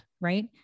right